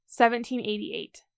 1788